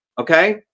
Okay